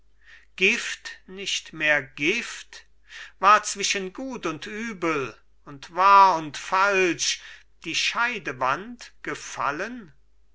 gift nicht mehr gift war zwischen gut und übel und wahr und falsch die scheidewand gefallen